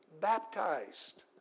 baptized